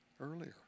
earlier